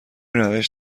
روش